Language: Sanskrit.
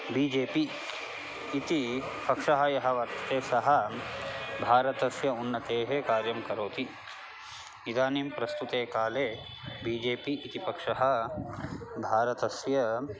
बि जे पि इति पक्षः यः वर्तते सः भारतस्य उन्नतेः कार्यं करोति इदानीं प्रस्तुते काले बि जे पि इति पक्षः भारतस्य